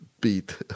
beat